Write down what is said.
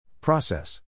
Process